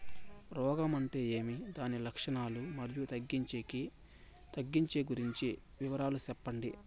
రోగం అంటే ఏమి దాని లక్షణాలు, మరియు తగ్గించేకి గురించి వివరాలు సెప్పండి?